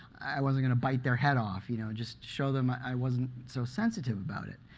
i wasn't going to bite their head off you know just show them i i wasn't so sensitive about it.